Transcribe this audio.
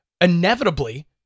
inevitably